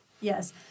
Yes